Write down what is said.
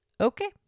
okay